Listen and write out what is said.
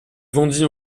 vendit